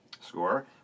score